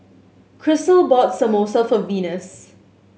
Krystle bought Samosa for Venus